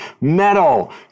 metal